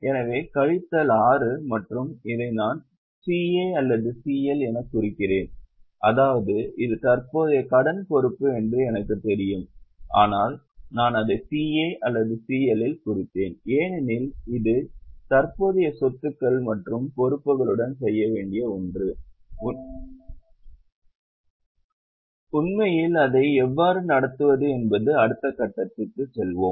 எனவே கழித்தல் 6 மற்றும் இதை நான் CA அல்லது CL எனக் குறிக்கிறேன் அதாவது இது தற்போதைய கடன் பொறுப்பு என்று எனக்குத் தெரியும் ஆனால் நான் அதை CA அல்லது CL எனக் குறித்தேன் ஏனெனில் இது தற்போதைய சொத்துக்கள் மற்றும் பொறுப்புகளுடன் செய்ய வேண்டிய ஒன்று உண்மையில் அதை எவ்வாறு நடத்துவது என்பது அடுத்த கட்டத்தில் செல்வோம்